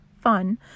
fun